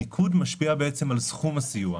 הניקוד משפיע בעצם על סכום הסיוע,